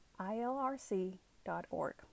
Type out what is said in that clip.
ILRC.org